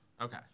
Okay